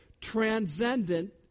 transcendent